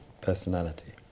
Personality